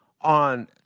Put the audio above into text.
on